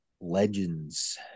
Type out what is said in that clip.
Legends